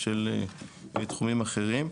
ושל תחומים אחרים.